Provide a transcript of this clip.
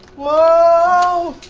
whoa,